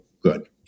good